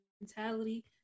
mentality